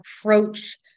approach